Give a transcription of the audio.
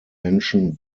menschen